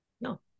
No